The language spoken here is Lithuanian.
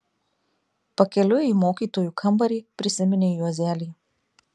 pakeliui į mokytojų kambarį prisiminė juozelį